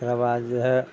तेकरा बाद जे है